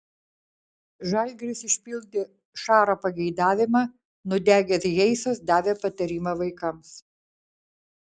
žalgiris išpildė šaro pageidavimą nudegęs hayesas davė patarimą vaikams